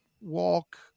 Walk